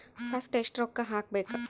First ಎಷ್ಟು ರೊಕ್ಕ ಹಾಕಬೇಕು?